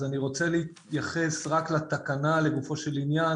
אז אני רוצה להתייחס רק לתקנה לגופו של עניין